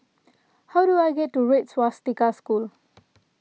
how do I get to Red Swastika School